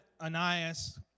Ananias